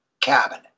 cabinet